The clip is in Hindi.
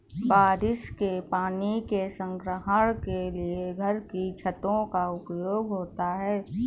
बारिश के पानी के संग्रहण के लिए घर की छतों का उपयोग होता है